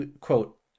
quote